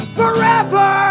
forever